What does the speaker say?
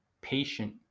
patient